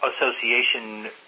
association